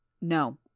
No